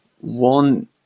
One